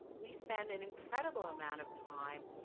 we spend an incredible amount of time,